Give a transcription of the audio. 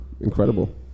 incredible